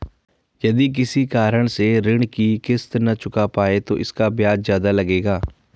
यदि किसी कारण से ऋण की किश्त न चुका पाये तो इसका ब्याज ज़्यादा लगेगा?